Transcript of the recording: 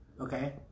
Okay